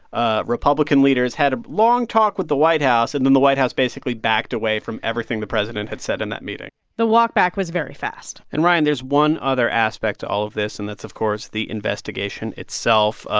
ah republican leaders had a long talk with the white house, and then the white house basically backed away from everything the president had said in that meeting the walk back was very fast and, ryan, there's one other aspect to all of this. and that's, of course, the investigation itself. ah